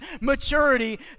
maturity